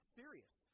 serious